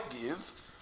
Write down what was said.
give